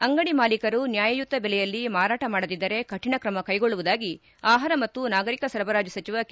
ಅಂಗಡಿ ಮಾಲೀಕರು ನ್ಯಾಯಯುತ ಬೆಲೆಯಲ್ಲಿ ಮಾರಾಟ ಮಾಡದಿದ್ದರೆ ಕಠಿಣ ಕ್ರಮ ಕೈಗೊಳ್ಳುವುದಾಗಿ ಆಹಾರ ಮತ್ತು ನಾಗರಿಕ ಸರಬರಾಜು ಸಚಿವ ಕೆ